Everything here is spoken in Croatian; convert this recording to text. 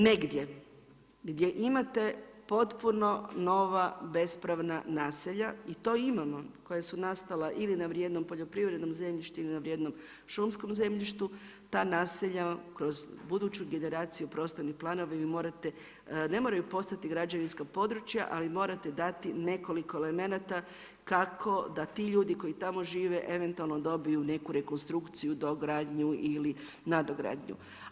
Negdje gdje imate potpuno nova bespravna naselja i to imamo koja su nastala ili na vrijednom poljoprivrednom zemljištu ili na vrijednom šumskom zemljištu ta naselja kroz buduću generaciju prostornih planova vi morate, ne moraju postati građevinska područja ali morate dati nekoliko elemenata kako da ti ljudi koji tamo žive eventualno dobiju neku rekonstrukciju, dogradnju ili nadogradnju.